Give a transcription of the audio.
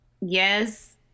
Yes